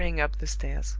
hurrying up the stairs.